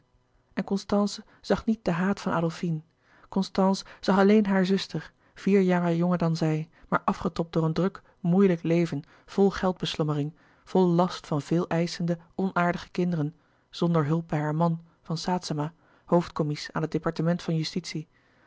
en constance zag niet den haat van adolfine constance zag alleen hare zuster vier jaren jonger dan zij maar afgetobd door een druk moeilijk leven vol geldbeslommering vol last van veel eischende onaardige kinderen zonder hulp bij haar man van saetzema hoofdcommies aan het departement van justitie